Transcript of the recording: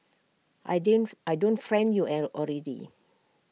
I did I don't friend you already